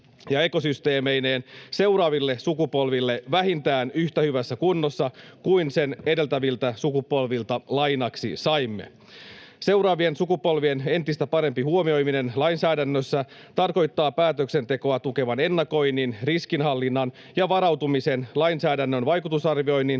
ja ekosysteemeineen seuraaville sukupolville vähintään yhtä hyvässä kunnossa kuin sen edeltäviltä sukupolvilta lainaksi saimme. Seuraavien sukupolvien entistä parempi huomioiminen lainsäädännössä tarkoittaa päätöksentekoa tukevan ennakoinnin, riskinhallinnan ja varautumisen, lainsäädännön vaikutusarvioinnin